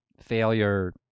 failure